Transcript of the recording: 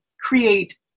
create